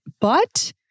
But-